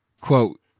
quote